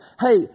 Hey